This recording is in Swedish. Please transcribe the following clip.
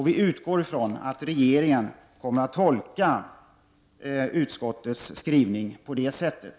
Vi utgår från att regeringen kommer att tolka utskottets skrivning på det sättet.